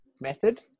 method